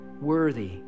worthy